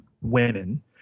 Women